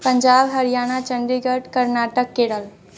Punjab Haryana Chandigarh Karnataka Kerala